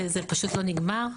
זה פשוט לא נגמר,